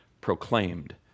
proclaimed